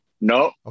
No